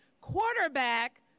quarterback